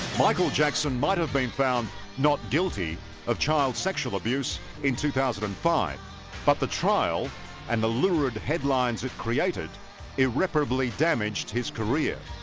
michael jackson might have been found not guilty of child sexual abuse in two thousand and five but the trial and the lurid headlines have created irreparably damaged his career